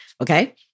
Okay